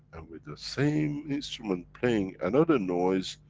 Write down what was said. and with the same instrument playing another noise,